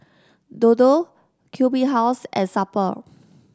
Dodo Q B House and Super